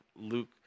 Luke